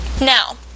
Now